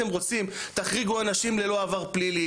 אם אתם רוצים תחריגו אנשים ללא עבר פלילי,